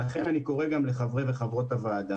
לכן אני קורא לחברי וחברות הוועדה